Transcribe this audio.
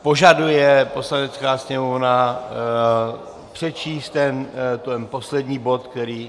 Požaduje Poslanecká sněmovna přečíst ten poslední bod, který...?